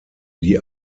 die